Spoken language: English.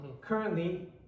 currently